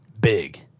big